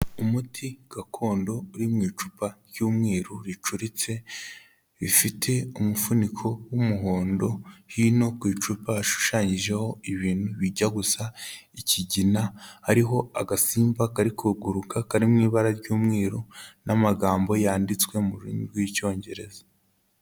Umuti gakondo uri mu icupa ry'umweru ricuritse, rifite umufuniko w'umuhondo, hino ku icupa hashushanyijeho ibintu bijya gusa ikigina, hariho agasimba kari kuguruka kari mu ibara ry'umweru n'amagambo yanditswe rurimi rw'Icyongereza.